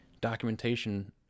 documentation